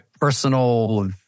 personal